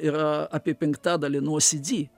yra apie penktadalį nuo cd